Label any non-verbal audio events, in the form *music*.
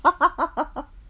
*laughs*